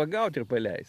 pagaut ir paleist